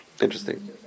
Interesting